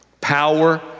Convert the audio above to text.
power